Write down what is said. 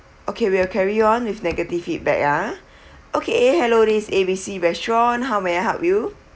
okay we will carry on with negative feedback ah okay hello this A B C restaurant how may I help you